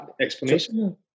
explanation